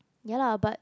ya lah but